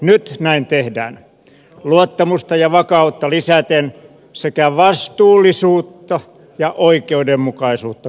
nyt näin tehdään luottamusta ja vakautta lisäten sekä vastuullisuutta ja oikeudenmukaisuutta korostaen